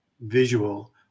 visual